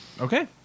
Okay